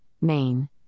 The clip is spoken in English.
Main